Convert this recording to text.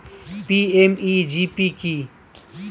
PMEGP কি?